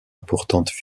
importante